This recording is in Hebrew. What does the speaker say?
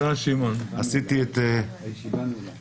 הישיבה ננעלה